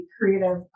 creative